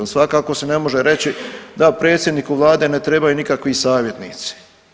I svakako se ne može reći da predsjedniku vlade ne trebaju nikakvi savjetnici.